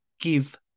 give